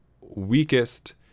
Weakest